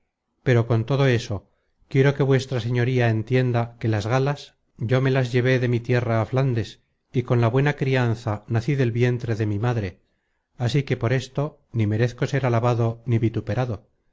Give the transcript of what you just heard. pero con todo eso quiero que vuesa señoría entienda que las galas yo me las llevé de mi tierra á flándes y con la buena crianza nací del vientre de mi madre ansí que por esto ni merezco ser alabado ni vituperado